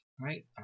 right